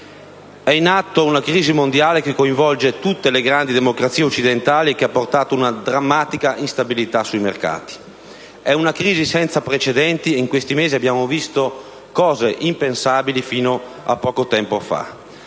è in atto una crisi mondiale che coinvolge tutte le grandi democrazie occidentali e che ha portato una drammatica instabilità sui mercati. È una crisi senza precedenti. In questi mesi abbiamo visto cose impensabili fino a poco tempo fa.